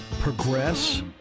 progress